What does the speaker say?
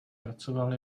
pracoval